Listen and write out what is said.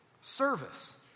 service